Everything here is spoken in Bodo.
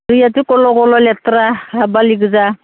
दैआथ' गल' गल' लेथ्रा बालि गोजा